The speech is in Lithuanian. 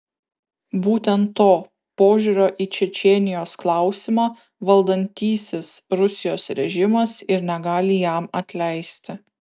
būtent to požiūrio į čečėnijos klausimą valdantysis rusijos režimas ir negali jam atleisti